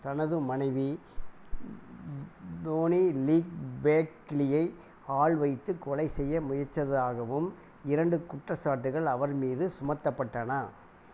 தனது மனைவி Doni Lee பேக்லியை ஆள்வைத்துக் கொலைசெய்ய முயற்சதாகவும் இரண்டு குற்றச்சாட்டுகள் அவர் மீது சுமத்தப்பட்டன